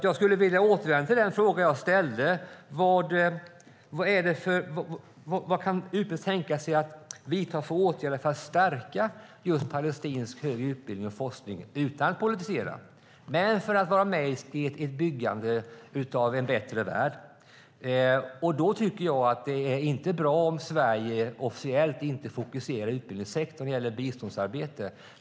Jag skulle vilja återvända till den fråga jag ställde: Vilka åtgärder kan utbildningsministern tänka sig att vidta för att stärka palestinsk högre utbildning och forskning, utan att politisera, men för att vara med i ett byggande av en bättre värld? Då är det inte bra om Sverige officiellt inte fokuserar på utbildningssektorn när det gäller biståndsarbete.